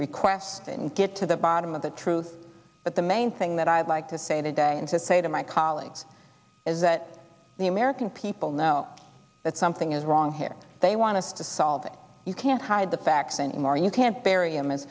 request and get to the bottom of the truth but the main thing that i would like to say today and to say to my colleagues is that the american people know that something is wrong here they want us to solve it you can't hide the facts anymore you can't bury em